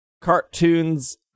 cartoons